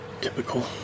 Typical